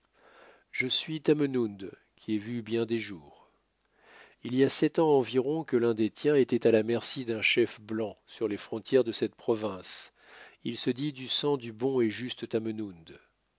je suis tamenund qui ai vu bien des jours il y a sept ans environ que l'un des tiens était à la merci d'un chef blanc sur les frontières de cette province il se dit du sang du bon et juste